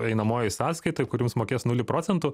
einamojoj sąskaitoj kur jums mokės nulį procentų